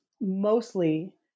mostly